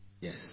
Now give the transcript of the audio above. Yes